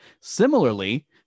Similarly